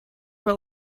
were